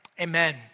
Amen